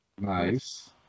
Nice